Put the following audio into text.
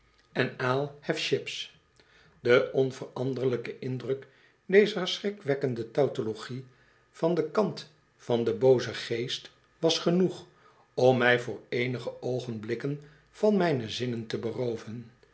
havo chips de onveranderlijke indruk dezer schrikwekkende tautologie van den kant van den boozen geest was genoeg om mij voor eénige oogenblikken van mijne zinnen te berooven